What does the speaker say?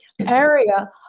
area